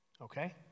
Okay